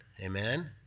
amen